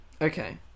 Okay